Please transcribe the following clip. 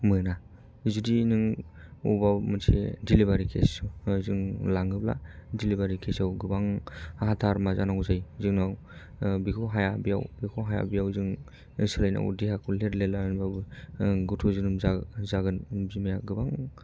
मोना जुदि नों अबावबा मोनसे डिलिबारि केस जों लाङोबा डिलिबारि केसाव गोबां हाथा हारमा जानांगौ जायो जोंनाव बेखौ हाया बेयाव बेखौ हाया बेयाव जों सोलायनांगौ देहाखौ लेर लेर लानानैबाबो गथ' जोनोम जागोन बिमायाबो गोबां खस्थ'